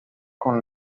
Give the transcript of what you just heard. con